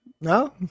No